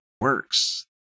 works